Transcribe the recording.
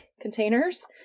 containers